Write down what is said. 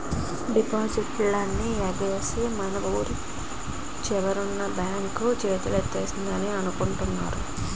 డిపాజిట్లన్నీ ఎగవేసి మన వూరి చివరన ఉన్న బాంక్ చేతులెత్తేసిందని అనుకుంటున్నారు